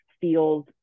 feels